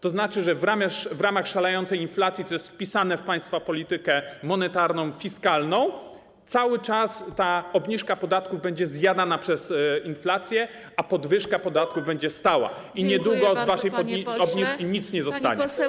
To znaczy, że w ramach szalejącej inflacji, co jest wpisane w państwa politykę monetarną, fiskalną, cały czas ta obniżka podatków będzie zjadana przez inflację, a podwyżka podatków będzie stała i niedługo z waszej obniżki nic nie zostanie.